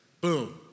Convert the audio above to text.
Boom